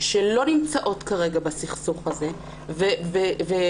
שלא נמצאות כרגע בסכסוך הזה וציפייה